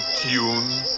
tune